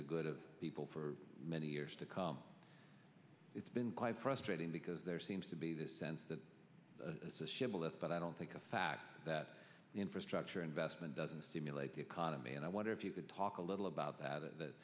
the good of people for many years to come it's been quite frustrating because there seems to be this sense that shibboleth but i don't think the fact that the infrastructure investment doesn't stimulate the economy and i wonder if you could talk a little about that a what